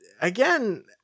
Again